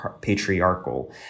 patriarchal